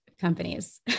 companies